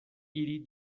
iri